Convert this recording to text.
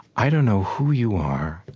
i don't know who you are,